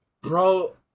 Bro